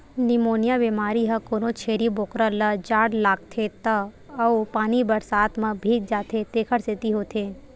pneumonia बेमारी ह कोनो छेरी बोकरा ल जाड़ लागथे त अउ पानी बरसात म भीग जाथे तेखर सेती होथे